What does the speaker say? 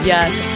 Yes